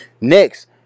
Next